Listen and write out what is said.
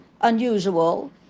unusual